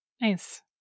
Nice